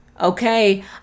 Okay